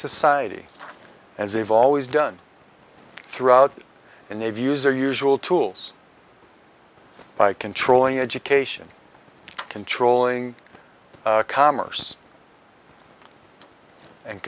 society as they've always done throughout and they've used their usual tools by controlling education controlling commerce and